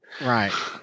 Right